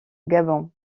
gabon